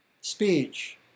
speech